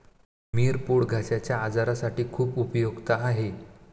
मिरपूड घश्याच्या आजारासाठी खूप उपयुक्त आहे